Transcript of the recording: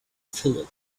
phillip